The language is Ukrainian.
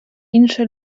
інша